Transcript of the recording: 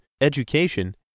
education